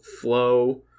flow